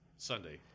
Sunday